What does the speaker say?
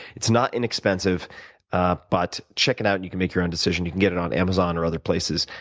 it's not inexpensive but check it out and you can make your own decision. you can get it on amazon or other places.